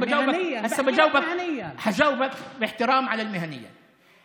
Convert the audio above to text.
אני מייד אענה לך במלוא הכבוד על העניין המקצועי,